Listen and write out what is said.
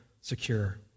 secure